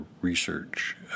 research